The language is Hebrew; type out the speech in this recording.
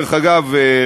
דרך אגב,